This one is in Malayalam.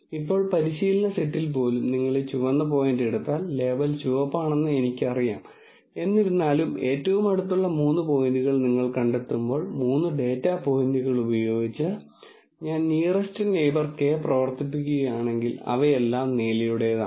ഇപ്പോൾ പരിശീലന സെറ്റിൽ പോലും നിങ്ങൾ ഈ ചുവന്ന പോയിന്റ് എടുത്താൽ ലേബൽ ചുവപ്പാണെന്ന് എനിക്കറിയാം എന്നിരുന്നാലും ഏറ്റവും അടുത്തുള്ള മൂന്ന് പോയിന്റുകൾ നിങ്ങൾ കണ്ടെത്തുമ്പോൾ മൂന്ന് ഡാറ്റാ പോയിന്റുകൾ ഉപയോഗിച്ച് ഞാൻ നിയറെസ്റ് നെയിബർ k പ്രവർത്തിപ്പിക്കുകയാണെങ്കിൽ അവയെല്ലാം നീലയുടേതാണ്